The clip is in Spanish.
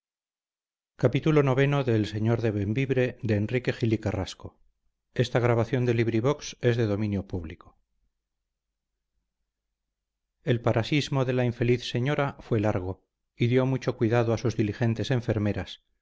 el parasismo de la infeliz señora fue largo y dio mucho cuidado a sus diligentes enfermeras